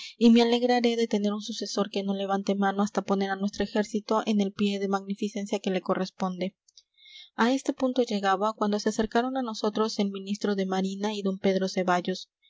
y me alegraré de tener un sucesor que no levante mano hasta poner a nuestro ejército en el pie de magnificencia que le corresponde a este punto llegaba cuando se acercaron a nosotros el ministro de marina y d pedro ceballos